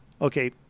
Okay